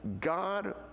God